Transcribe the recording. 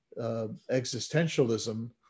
existentialism